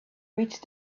reached